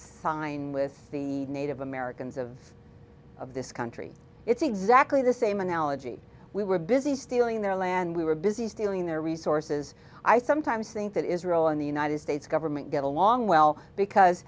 sign with the native americans of of this country it's exactly the same analogy we were busy stealing their land we were busy stealing their resources i sometimes think that israel and the united states government get along well because